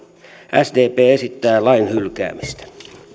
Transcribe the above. sdp esittää lain hylkäämistä